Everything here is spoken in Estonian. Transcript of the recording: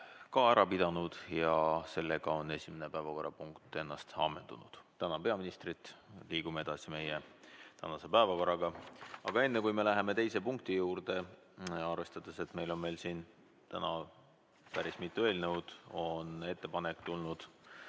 ka ära pidanud ja sellega on esimene päevakorrapunkt ennast ammendanud. Tänan peaministrit. Liigume edasi meie tänase päevakorraga. Aga enne, kui me läheme teise punkti juurde, arvestades, et meil on veel siin täna päris mitu eelnõu, ütlen, et